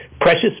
precious